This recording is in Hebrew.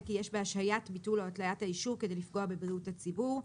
כי יש בהשהיית ביטול או התליית האישור כדי לפגוע בבריאות הציבור.